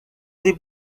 the